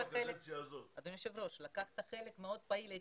אדוני היושב-ראש, לקחת חלק מאוד פעיל.